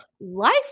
life